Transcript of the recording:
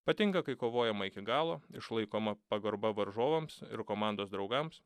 patinka kai kovojama iki galo išlaikoma pagarba varžovams ir komandos draugams